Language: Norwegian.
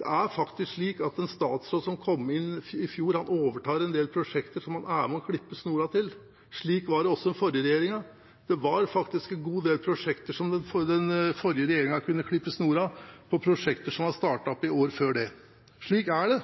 Det var faktisk en god del prosjekter som den forrige regjeringen kunne klippe snoren på, og prosjekter som hadde startet opp i årene før det. Slik er det.